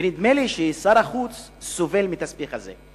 ונדמה לי ששר החוץ סובל מהתסביך הזה.